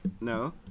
no